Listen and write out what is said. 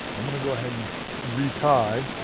i'm going to go ahead and retie.